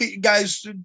guys